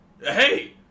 hey